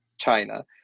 China